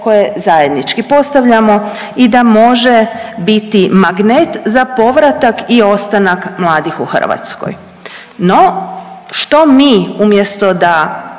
koje zajednički postavljamo i da može biti magnet za povratak i ostanak mladih u Hrvatskoj. No, što mi umjesto da